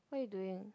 what you doing